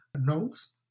notes